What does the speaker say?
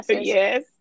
Yes